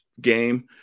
game